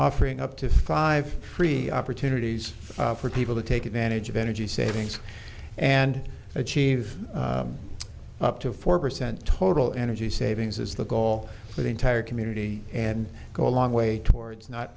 offering up to five free opportunities for people to take advantage of energy savings and achieve up to four percent total energy savings is the goal for the entire community and go a long way towards